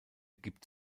gibt